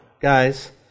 guys